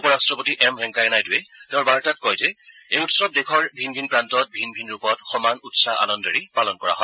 উপ ৰাট্টপতি এম ভেংকায়া নাইড়ৰে তেওঁৰ বাৰ্তাত কয় যে এই উৎসৱ দেশৰ ভিন ভিন প্ৰান্তত ভিন ভিন ৰূপত সমান উৎসাহ আনন্দৰে পালন কৰা হয়